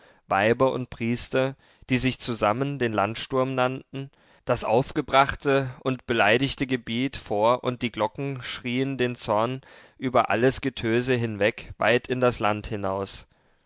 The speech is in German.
weiber und priester die sich zusammen den landsturm nannten das aufgebrachte und beleidigte gebiet vor und die glocken schrien den zorn über alles getöse hinweg weit in das land hinaus